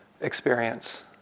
experience